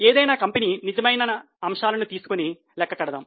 ఏదైనా కంపెనీ యొక్క నిజమైన అంశాలను తీసుకొని లెక్క కడదాం